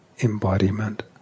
embodiment